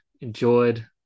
enjoyed